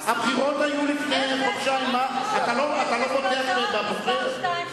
הבחירות היו לפני חודשיים, אתה לא בוטח בבוחר?